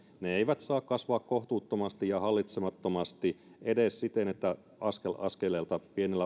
ne eivät saa kasvaa kohtuuttomasti ja hallitsemattomasti edes siten että askel askelelta